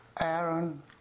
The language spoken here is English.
Aaron